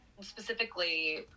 specifically